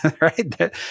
right